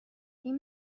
این